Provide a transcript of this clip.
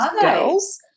girls